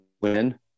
win